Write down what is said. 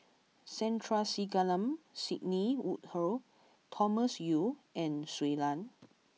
Sandrasegaran Sidney Woodhull Thomas Yeo and Shui Lan